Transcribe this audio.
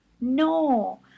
No